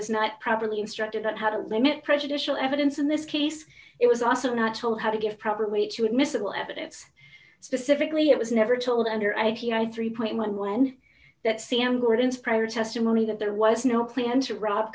was not properly instructed that had a limb it prejudicial evidence in this case it was also not told how to give proper way to admissible evidence specifically it was never told under i p i three point one when that c m gordon's prior testimony that there was no plan to rob